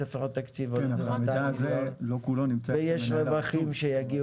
יש לכם בספר התקציב עוד 200. יש רווחים שיגיעו